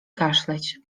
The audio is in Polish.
kaszleć